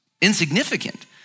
insignificant